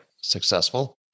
successful